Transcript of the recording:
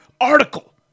article